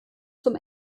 zum